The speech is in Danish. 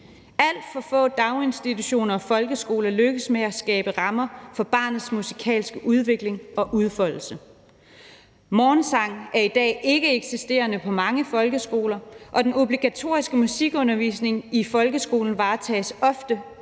Alt for få daginstitutioner og folkeskoler lykkes med at skabe rammer for barnets musikalske udvikling og udfoldelse. Morgensang er i dag ikkeeksisterende på mange folkeskoler, og den obligatoriske musikundervisning i folkeskolen varetages ofte